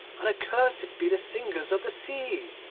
and accursed be the singers of the sea!